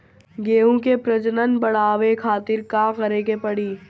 गेहूं के प्रजनन बढ़ावे खातिर का करे के पड़ी?